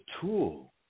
tool